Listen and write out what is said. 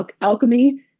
alchemy